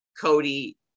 Cody